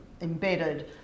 embedded